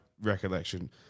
recollection